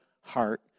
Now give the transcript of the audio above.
heart